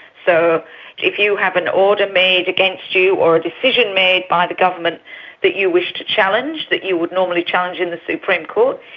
so if you have an order made against you or a decision made by the government that you wish to challenge, that you would normally challenge in the supreme court,